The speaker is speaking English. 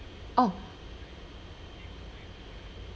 oh